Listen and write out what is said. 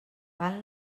van